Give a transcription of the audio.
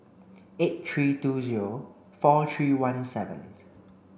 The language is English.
eight three two zero four three one seven